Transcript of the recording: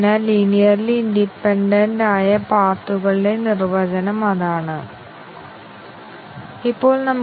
അതിനാൽ ഇത് എങ്ങനെ ചെയ്തുവെന്നും ഇതിനായി ടെസ്റ്റ് കേസുകൾ എങ്ങനെ രൂപകൽപ്പന ചെയ്യാമെന്നും നോക്കാം